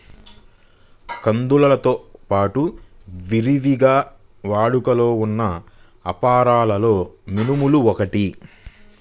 కందులతో పాడు విరివిగా వాడుకలో ఉన్న అపరాలలో మినుములు ఒకటి